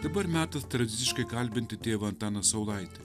dabar metas tradiciškai kalbinti tėvą antaną saulaitį